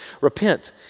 Repent